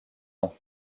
ans